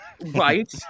Right